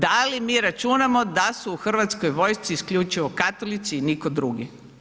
Da li mi računamo da su u Hrvatskoj vojsci isključivo katolici i nitko drugi?